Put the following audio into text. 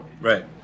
Right